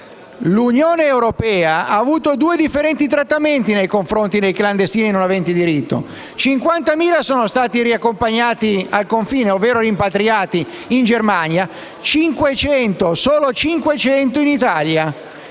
l'Unione europea ha avuto due differenti trattamenti nei confronti dei clandestini non aventi diritto: 50.000 sono stati riaccompagnati al confine, ovvero rimpatriati, in Germania, mentre solo 500 lo